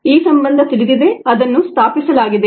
ಈ ಸಂಬಂಧ ತಿಳಿದಿದೆ ಅದನ್ನು ಸ್ಥಾಪಿಸಲಾಗಿದೆ